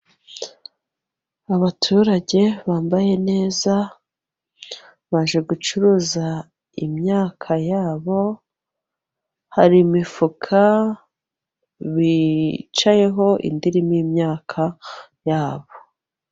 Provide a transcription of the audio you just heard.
Abaturage bambaye neza . Baje gucuruza imyaka yabo. Hari imifuka bicayeho indi irimo imyaka yabo.